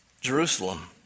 Jerusalem